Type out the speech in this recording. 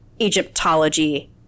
Egyptology